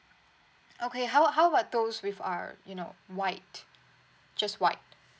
okay how how about those with uh you know white just white